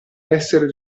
essere